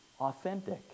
authentic